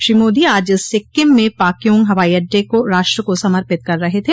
श्री मोदी आज सिक्किम में पाक्योंग हवाई अड्डे को राष्ट्र को समर्पित कर रहे थे